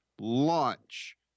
launch